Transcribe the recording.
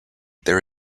there